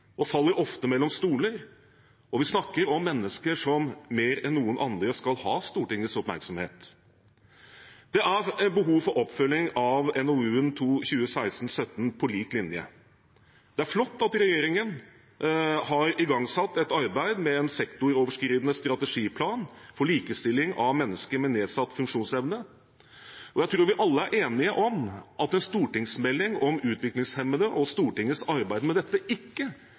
og faller ofte mellom stoler, og vi snakker om mennesker som mer enn noen andre skal ha Stortingets oppmerksomhet. Det er behov for oppfølging av NOU 2016: 17 På lik linje. Det er flott at regjeringen har igangsatt et arbeid med en sektoroverskridende strategiplan for likestilling av mennesker med nedsatt funksjonsevne. Jeg tror vi alle er enige om at en stortingsmelding om utviklingshemmede og Stortingets arbeid med dette ikke